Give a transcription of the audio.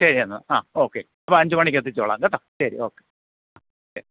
ശരി എന്നാൽ ആ ഓക്കെ അപ്പം അഞ്ച് മണിക്ക് എത്തിച്ചോളാം കേട്ടോ ശരി ഓക്കെ ആ ശരി